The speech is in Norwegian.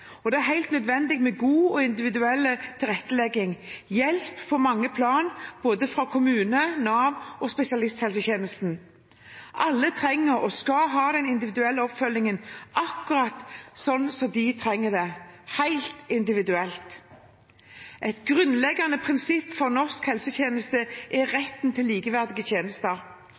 og det er helt nødvendig med god og individuell tilrettelegging og hjelp på mange plan, både fra kommune, Nav og spesialisthelsetjenesten. Alle trenger og skal ha den individuelle oppfølgingen akkurat slik som de trenger den, helt individuelt. Et grunnleggende prinsipp for norsk helsetjeneste er retten til likeverdige tjenester.